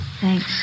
Thanks